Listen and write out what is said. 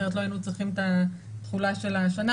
לכן לא היינו צריכים את התחולה של השנה,